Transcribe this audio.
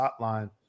hotline